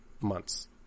Months